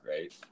right